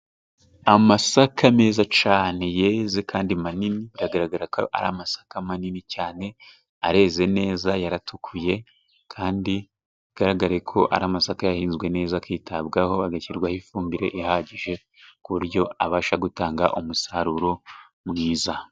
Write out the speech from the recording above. Amasaka meza cyane yeze kandi manini biragaragara ko ari amasaka manini cyane. Areze neza yaratukuye kandi bigaragare ko ari amasaka yahinzwe neza akitabwaho, agashyirwaho ifumbire ihagije ku buryo abasha gutanga umusaruro mwiza.